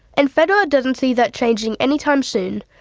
and federer doesn't see that changing anytime soon,